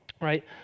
Right